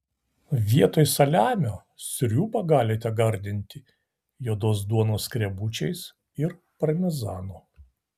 vietoj saliamio sriubą galite gardinti juodos duonos skrebučiais ir parmezanu